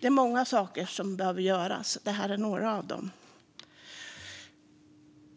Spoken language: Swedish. Det är många saker som behöver göras, och det här är några av dem.